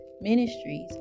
Ministries